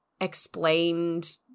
explained